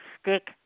Stick